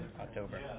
October